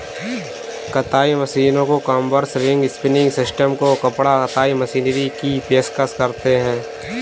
कताई मशीनों को कॉम्बर्स, रिंग स्पिनिंग सिस्टम को कपड़ा कताई मशीनरी की पेशकश करते हैं